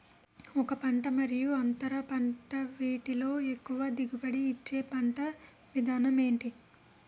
ఒక పంట మరియు అంతర పంట వీటిలో ఎక్కువ దిగుబడి ఇచ్చే పంట విధానం ఏంటి?